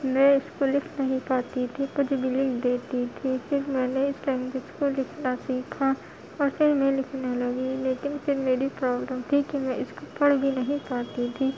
میں اس کو لکھ نہیں پاتی تھی کچھ بھی لکھ دیتی تھی پھر میں نے اس لینگویج کو لکھنا سیکھا اور پھر میں لکھنے لگی لیکن پھر میری پروبلم تھی کہ میں اس کو پڑھ بھی نہیں پاتی تھی